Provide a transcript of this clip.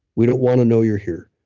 we don't want to know you're here.